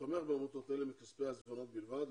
תומך בעמותות אלה מכספי העיזבונות בלבד.